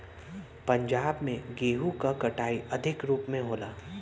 पंजाब में गेंहू क कटाई अधिक रूप में होला